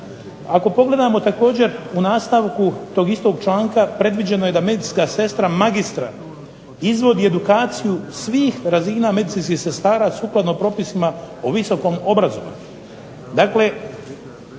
ako pogledamo također u nastavku tog istog članka predviđeno je da medicinska sestra magistra izvodi edukaciju svih razina medicinskih sestara sukladno propisima o visokom obrazovanju. Dakle